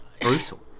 Brutal